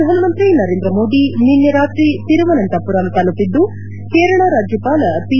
ಪ್ರಧಾನಮಂತ್ರಿ ನರೇಂದ್ರ ಮೋದಿ ನಿನ್ನೆ ರಾತ್ರಿ ತಿರುವನಂತಪುರ ತಲುಪಿದ್ದು ಕೇರಳ ರಾಜ್ಯಪಾಲ ಪಿ